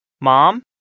Mom